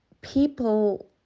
people